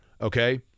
okay